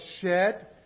shed